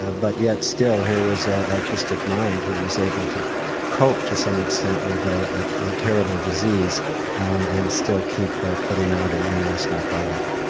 ah but yet still here was an artistic mind who was able to cope to some extent with a terrible disease and still keep ah putting out an interesting product.